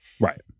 right